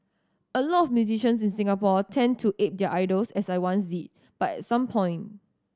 a lot of musicians in Singapore tend to ape their idols as I once did but at some point